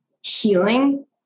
healing